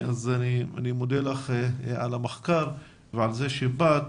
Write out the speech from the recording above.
יסכה, אני מודה לך על המחקר ועל זה שבאת.